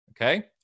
okay